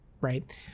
right